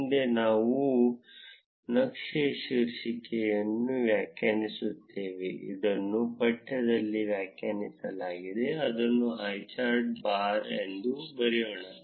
ಮುಂದೆ ನಾವು ನಕ್ಷೆ ಶೀರ್ಷಿಕೆಯನ್ನು ವ್ಯಾಖ್ಯಾನಿಸುತ್ತೇವೆ ಇದನ್ನು ಪಠ್ಯದಲ್ಲಿ ವ್ಯಾಖ್ಯಾನಿಸಲಾಗಿದೆ ಅದನ್ನು ಹೈಚಾರ್ಟ್ ಬಾರ್ ಎಂದು ಬರೆಯೋಣ